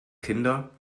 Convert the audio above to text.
kinder